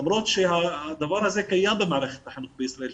למרות שהדבר הזה קיים במערכת החינוך בישראל,